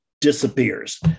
disappears